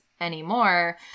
anymore